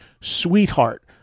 sweetheart